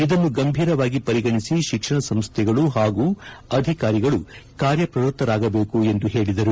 ಇದನ್ನು ಗಂಭೀರವಾಗಿ ಪರಿಗಣಿಸಿ ಶಿಕ್ಷಣ ಸಂಸ್ದೆಗಳು ಹಾಗೂ ಅಧಿಕಾರಿಗಳು ಕಾರ್ಯಪ್ರವೃತ್ತರಾಗಬೇಕ ಎಂದು ಹೇಳಿದರು